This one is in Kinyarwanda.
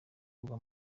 kugwa